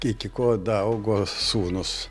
iki ko daaugo sūnus